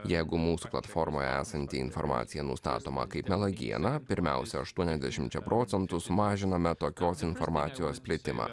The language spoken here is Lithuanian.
jeigu mūsų platformoje esanti informacija nustatoma kaip melagiena pirmiausia aštuoniasdešimčia procentų sumažiname tokios informacijos plitimą